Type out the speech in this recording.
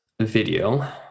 video